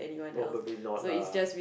probably not lah